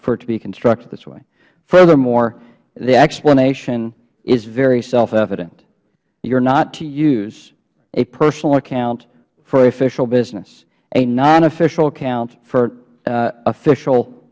for it to be constructed this way furthermore the explanation is very self evident you are not to use a personal account for official business a non official account for official